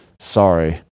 sorry